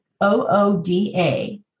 O-O-D-A